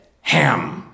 Ham